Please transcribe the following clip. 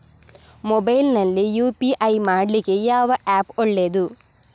Mobile ನಲ್ಲಿ UPI ಮಾಡ್ಲಿಕ್ಕೆ ಯಾವ ಆ್ಯಪ್ ಒಳ್ಳೇದು?